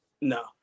no